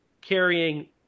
carrying